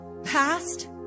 Past